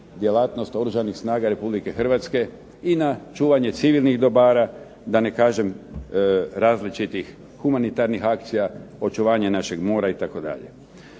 djelatnost Oružanih snaga Republike Hrvatske i na čuvanje civilnih dobara, da ne kažem različitih humanitarnih akcija, očuvanja našeg mora itd.